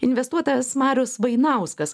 investuotojas marius vainauskas